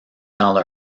dans